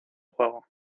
juego